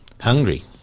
Hungry